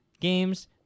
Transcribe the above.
games